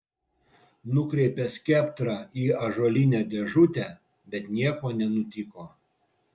nukreipė skeptrą į ąžuolinę dėžutę bet nieko nenutiko